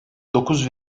dokuz